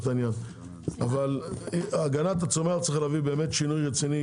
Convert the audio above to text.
אבל הגנת הצומח צריך להביא שינוי רציני